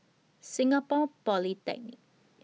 Singapore Polytechnic